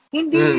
Hindi